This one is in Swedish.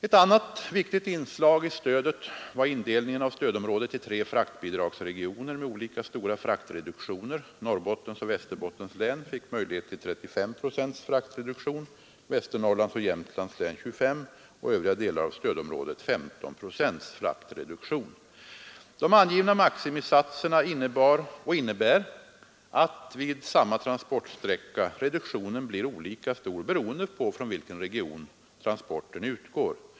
Ett annat viktigt inslag i stödet var indelningen av stödområdet i tre fraktbidragsregioner med olika stora fraktreduktioner. Norrbottens och Västerbottens län fick möjlighet till 35 procents fraktreduktion, Västernorrlands och Jämtlands län till 25 och övriga delar av stödområdet till 15 procents fraktreduktion. De angivna maximisatserna innebar, och innebär, att vid samma transportsträcka reduktionen blir olika stor beroende på från vilken region transporten utgår.